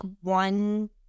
one